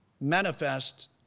manifest